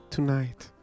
Tonight